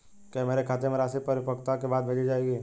क्या मेरे खाते में राशि परिपक्वता के बाद भेजी जाएगी?